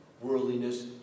Worldliness